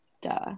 Duh